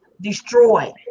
destroy